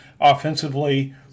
offensively